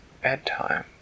bedtime